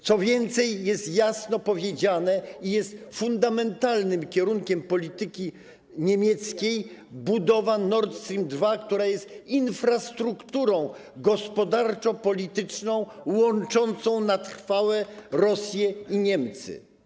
Co więcej, jest jasno powiedziane, że fundamentalnym kierunkiem polityki niemieckiej jest budowa Nord Stream 2, która jest infrastrukturą gospodarczo-polityczną łączącą na trwałe Rosję i Niemcy.